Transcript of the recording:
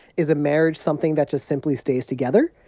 is a marriage something that just simply stays together?